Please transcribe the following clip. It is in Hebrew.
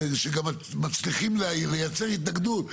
שגם מצליחים לייצר התנגדות,